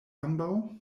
ambaŭ